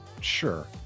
Sure